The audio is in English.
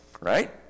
right